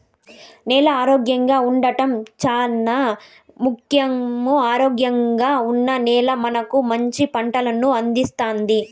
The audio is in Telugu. నేల ఆరోగ్యంగా ఉండడం చానా ముఖ్యం, ఆరోగ్యంగా ఉన్న నేల మనకు మంచి పంటలను అందిస్తాది